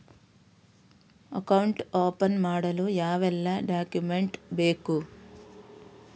Account open ಮಾಡಲು ಯಾವೆಲ್ಲ document ಬೇಕು?